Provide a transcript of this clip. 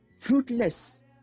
fruitless